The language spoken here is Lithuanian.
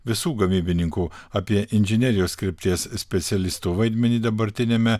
visų gamybininkų apie inžinerijos krypties specialistų vaidmenį dabartiniame